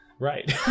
Right